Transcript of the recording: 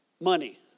money